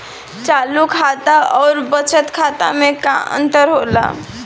चालू खाता अउर बचत खाता मे का अंतर होला?